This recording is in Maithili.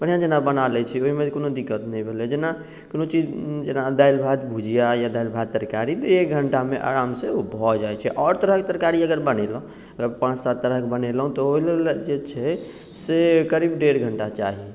बढ़िआँ जेना बना लै छी ओहिमे कोनो दिक्कत नहि भेलै जेना कोनो चीज जेना दालि भात भुजिआ या दालि भात तरकारी तऽ एक घन्टामे आरामसँ ओ भऽ जाइ छै आओर तरहके तरकारी अगर बनेलहुँ पाँच सात तरहके बनेलहुँ तऽ ओहिलेल जे छै से करीब डेढ़ घन्टा चाही